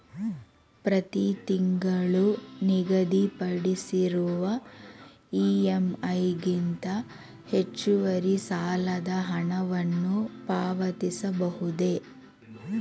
ಪ್ರತಿ ತಿಂಗಳು ನಿಗದಿಪಡಿಸಿರುವ ಇ.ಎಂ.ಐ ಗಿಂತ ಹೆಚ್ಚುವರಿ ಸಾಲದ ಹಣವನ್ನು ಪಾವತಿಸಬಹುದೇ?